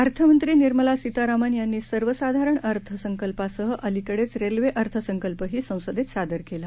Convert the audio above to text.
अर्थमंत्री निर्मला सीतारामन यांनी सर्वसाधारण अर्थसंकल्पासह अलिकडेच रेल्वे अर्थसंकल्पही संसदेत सादर केला